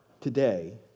today